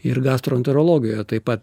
ir gastroenterologijoje taip pat